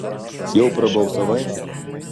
jau prabalsavai